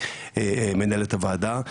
מנהלת הוועדה.